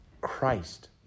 Christ